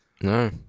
No